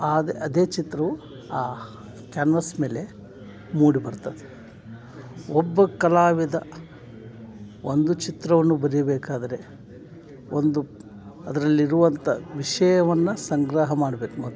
ಅದ್ ಅದೇ ಚಿತ್ರವು ಆ ಕ್ಯಾನ್ವಸ್ ಮೇಲೆ ಮೂಡಿಬರ್ತದೆ ಒಬ್ಬ ಕಲಾವಿದ ಒಂದು ಚಿತ್ರವನ್ನು ಬರಿಬೇಕಾದ್ರೆ ಒಂದು ಅದರಲ್ಲಿರುವಂಥ ವಿಷಯವನ್ನು ಸಂಗ್ರಹ ಮಾಡ್ಬೇಕು ಮೊದ್ಲು